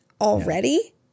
already